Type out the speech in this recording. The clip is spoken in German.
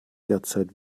derzeit